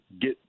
get